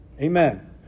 Amen